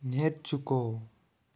నేర్చుకో